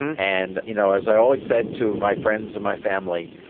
and, you know, as i always said to my friends and my family,